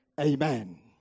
amen